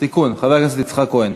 תיקון, חבר הכנסת יצחק כהן.